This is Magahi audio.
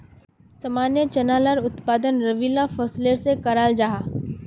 सामान्य चना लार उत्पादन रबी ला फसलेर सा कराल जाहा